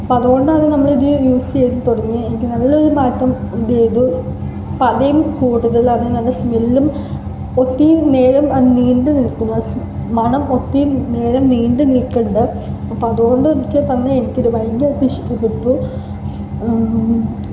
അപ്പം അതുകൊണ്ടാണ് നമ്മളിത് യൂസ് ചെയ്ത് തുടങ്ങി എനിക്ക് നല്ല രീതിയില് മാറ്റം ഇത് ചെയ്തു ഇപ്പോൾ ആദ്യമേ കൂടുതലാണ് നല്ല സ്മെല്ലും ഒത്തിരി നേരം നീണ്ടു നില്ക്കുന്നു സ് മണം ഒത്തിരി നേരം നീണ്ടു നില്ക്കുന്നുണ്ട് അപ്പം അതുകൊണ്ട് എനിക്ക് തന്നെ എനിക്ക് ഭയങ്കരമായിട്ട് ഇഷ്ടപ്പെട്ടു